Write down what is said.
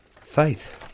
Faith